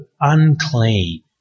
unclean